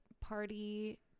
party